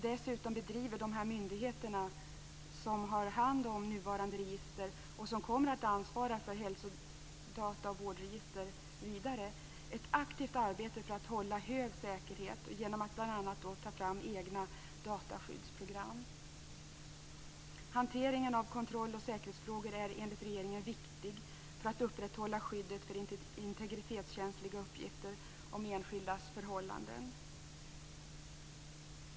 Dessutom bedriver de myndigheter som har hand om nuvarande register och som kommer att ansvara för hälsodataoch vårdregistret ett aktivt arbete för att hålla hög säkerhet - bl.a. genom att ta fram egna dataskyddsprogram. Hanteringen av kontroll och säkerhetsfrågor är enligt regeringen viktig för att upprätthålla skyddet för integritetskänsliga uppgifter om enskildas förhållanden.